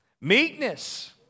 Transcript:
Meekness